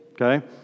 okay